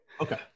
Okay